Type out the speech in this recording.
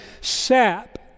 sap